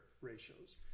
ratios